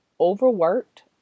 overworked